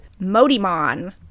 Modimon